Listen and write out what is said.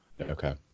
Okay